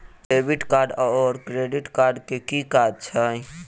Debit card आओर credit card केँ की काज छैक?